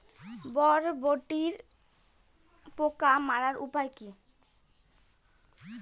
বরবটির পোকা মারার উপায় কি?